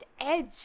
edge